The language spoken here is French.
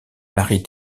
marie